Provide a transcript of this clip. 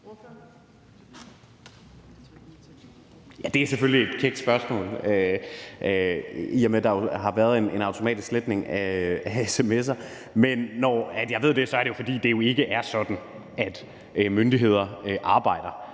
Det er selvfølgelig et kækt spørgsmål, i og med at der jo har været en automatisk sletning af sms'er. Men når jeg ved det, er det jo, fordi det ikke er sådan, myndigheder arbejder.